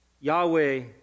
Yahweh